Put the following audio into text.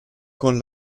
con